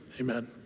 Amen